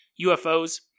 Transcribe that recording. UFOs